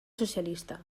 socialista